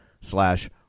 slash